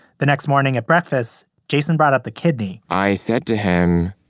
the next morning at breakfast, jason brought up the kidney i said to him,